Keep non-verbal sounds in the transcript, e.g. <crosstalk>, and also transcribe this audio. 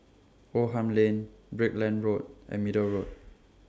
Oldham Lane Brickland Road and Middle <noise> Road